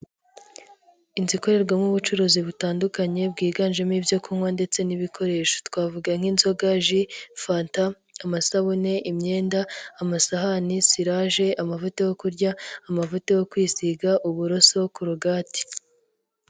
Inzu ikorerwamo ubucuruzi butandukanye bwiganjemo ibyo kunywa ndetse n'ibikoresho, twavuga nk'inzoga, ji, fanta, amasabune, imyenda, amasahani, siraje, amavuta yo kurya, amavuta yo kwisiga, uburoso, korogati.